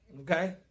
Okay